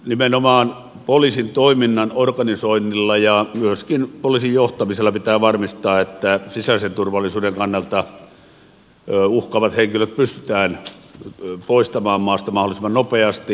nimenomaan poliisin toiminnan organisoinnilla ja myöskin poliisin johtamisella pitää varmistaa että sisäisen turvallisuuden kannalta uhkaavat henkilöt pystytään poistamaan maasta mahdollisimman nopeasti